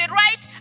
right